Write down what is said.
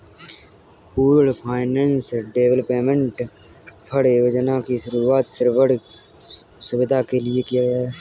pooled finance development fund योजना की शुरूआत ऋण सुविधा के लिए किया गया है